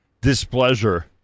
displeasure